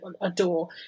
adore